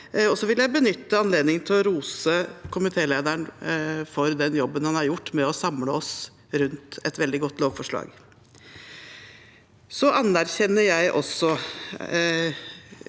så vil jeg benytte anledningen til å rose komitélederen for den jobben han har gjort med å samle oss rundt et veldig godt lovforslag. Så anerkjenner jeg også,